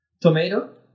Tomato